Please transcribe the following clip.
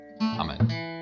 Amen